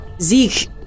Zeke